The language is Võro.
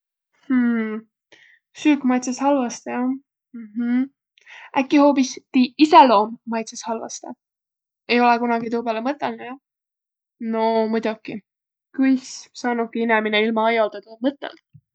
Hmm… Süük maitsõs halvastõ jah? Mhmh. Äkki hoobis tiiq iseloom maitsõs halvastõ? Ei olõ kunagi tuu pääle mõtõlnuq, jah? No muidoki! Kuis saanuki inemine ilma ajodõldaq mõtõldaq!